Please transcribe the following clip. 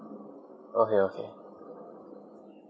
okay okay